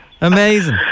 Amazing